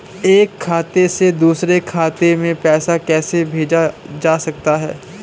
एक खाते से दूसरे खाते में पैसा कैसे भेजा जा सकता है?